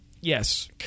Yes